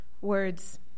words